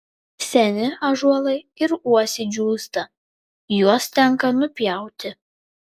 seni ąžuolai ir uosiai džiūsta juos tenka nupjauti